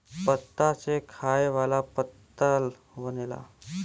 पत्ता से खाए वाला पत्तल बनेला